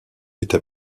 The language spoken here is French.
était